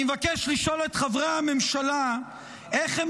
אני מבקש לשאול את חברי הממשלה איך הם